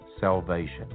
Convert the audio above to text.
salvation